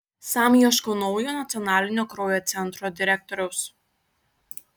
sam ieško naujo nacionalinio kraujo centro direktoriaus